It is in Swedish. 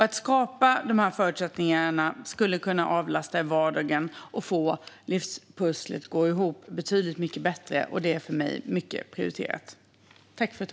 Att skapa dessa förutsättningar skulle kunna avlasta i vardagen och få människors livspussel att gå ihop betydligt bättre. Detta är för mig högt prioriterat.